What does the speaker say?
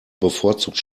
bevorzugt